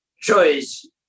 choice